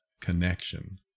connection